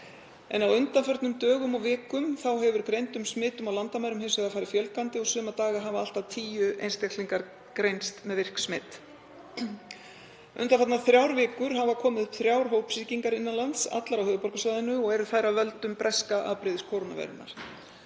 En á undanförnum dögum og vikum hefur greindum smitum á landamærum hins vegar farið fjölgandi og suma daga hafa allt að tíu einstaklingar greinst með virk smit. Undanfarnar þrjár vikur hafa komið upp þrjár hópsýkingar innan lands, allar á höfuðborgarsvæðinu, og eru þær af völdum breska afbrigðis kórónuveirunnar.